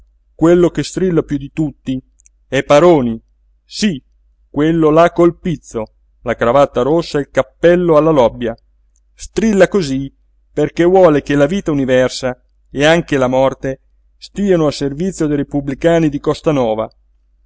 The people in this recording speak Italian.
quello che strilla piú di tutti è paroni sí quello là col pizzo la cravatta rossa e il cappello alla lobbia strilla cosí perché vuole che la vita universa e anche la morte stiano a servizio dei repubblicani di costanova anche la